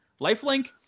Lifelink